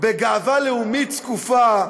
בגאווה לאומית זקופה.